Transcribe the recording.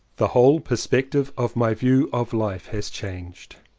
the whole perspective of my view of life has changed.